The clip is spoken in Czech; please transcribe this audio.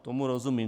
Tomu rozumím.